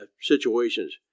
situations